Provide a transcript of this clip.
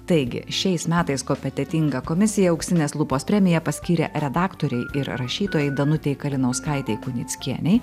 taigi šiais metais kopetentinga komisija auksinės lupos premiją paskyrė redaktorei ir rašytojai danutei kalinauskaitei kunickienei